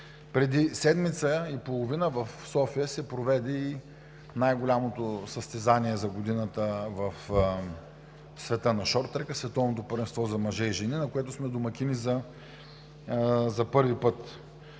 Преди седмица и половина в София се проведе и най-голямото състезание за годината в света на шорттрека – Световното първенство за мъже и жени, на което сме домакини за първи път.